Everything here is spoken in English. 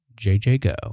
jjgo